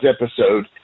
episode